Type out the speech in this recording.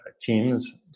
teams